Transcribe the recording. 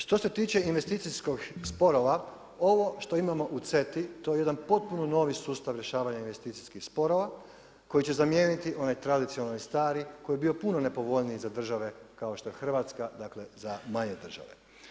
Što se tiče investicijskih sporova ovo što imamo u CETA-i to je je jedan potpuno novi sustav rješavanja investicijskih sporova koji će zamijeniti onaj tradicionalni stari koji je bi puno nepovoljniji za države kao što je Hrvatska, dakle za manje države.